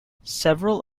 several